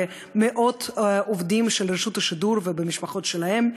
במאות עובדים של רשות השידור ובמשפחות שלהם.